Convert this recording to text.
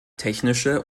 technische